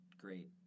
great